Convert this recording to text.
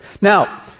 Now